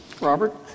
Robert